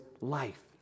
life